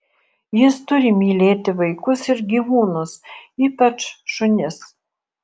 jis turi mylėti vaikus ir gyvūnus ypač šunis